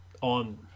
on